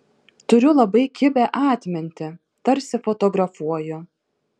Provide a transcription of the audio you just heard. turiu labai kibią atmintį tarsi fotografuoju